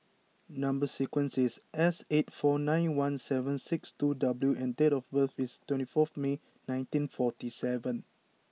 number sequence is S eight four nine one seven six two W and date of birth is twenty four May nineteen forty seven